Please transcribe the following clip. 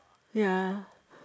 ya